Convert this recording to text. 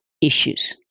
issues